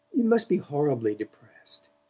you must be horribly depressed.